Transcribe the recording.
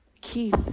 Keith